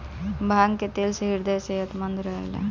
भांग के तेल से ह्रदय सेहतमंद रहेला